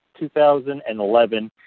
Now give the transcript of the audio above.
2011